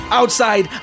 outside